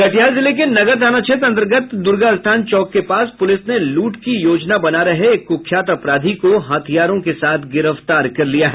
कटिहार जिले के नगर थाना क्षेत्र अंतर्गत दुर्गास्थान चौक के पास पुलिस ने लूट की योजना बना रहे एक क्ख्यात अपराधी को हथियारों के साथ गिरफ्तार किया है